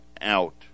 out